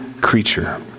creature